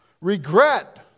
regret